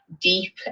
deep